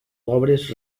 obres